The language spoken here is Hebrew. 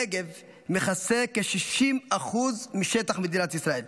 הנגב מכסה כ-60% משטח מדינת ישראל,